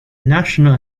national